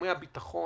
בתחומי הביטחון